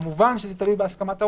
כמובן זה תלוי בהסכמת העובד.